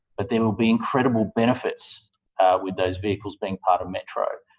but there will be incredible benefits with those vehicles being part of metro.